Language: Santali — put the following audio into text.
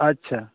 ᱟᱪᱪᱷᱟ